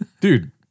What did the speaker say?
dude